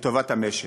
לטובת המשק.